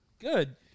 Good